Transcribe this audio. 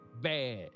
bad